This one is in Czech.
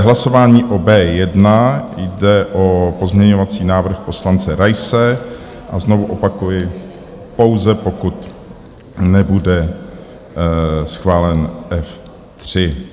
Hlasování o B1, jde o pozměňovací návrh poslance Raise, a znovu opakuji, pouze pokud nebude schválen F3.